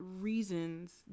reasons